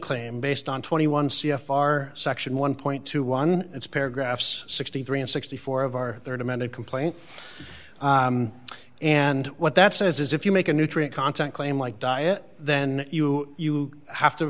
claim based on twenty one c f r section one point two one it's paragraphs sixty three and sixty four of our rd amended complaint and what that says is if you make a nutrient content claim like diet then you have to